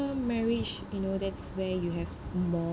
marriage you know that's where you have more